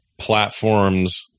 platforms